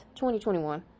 2021